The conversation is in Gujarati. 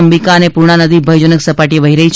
અંબિકા અને પૂર્ણા નદી ભયજનક સપાટીએ વહી રહી છે